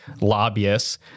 lobbyists